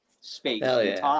space